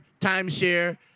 timeshare